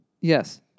Yes